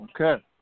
Okay